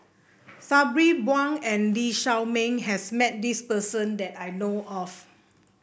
Sabri Buang and Lee Shao Meng has met this person that I know of